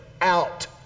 out